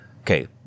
Okay